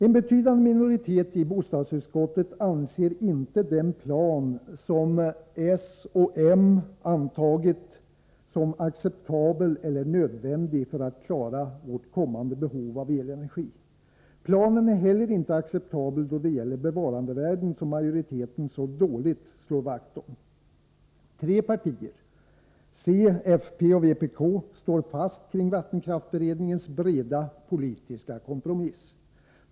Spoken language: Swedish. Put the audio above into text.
En betydande minoritet i bostadsutskottet anser inte att den plan som socialdemokraterna och moderaterna har antagit är acceptabel eller nödvändig för vårt kommande behov av elenergi. Planen är inte heller acceptabel då det gäller de bevarandevärden som majoriteten så dåligt slår vakt om. Tre partier — centerpartiet, folkpartiet och vpk — står fast kring vattenkraftsberedningens breda politiska kompromiss.